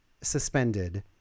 suspended